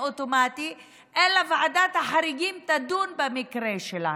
אוטומטי אלא שוועדת החריגים תדון במקרה שלהם.